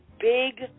big